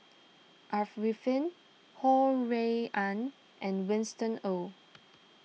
Ho Rui An and Winston Oh